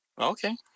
Okay